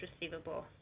receivable